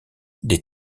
des